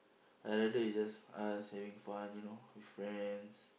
I rather it's just us having fun you know with friends